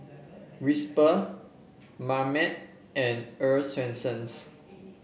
Whisper Marmite and Earl's Swensens